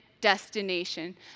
destination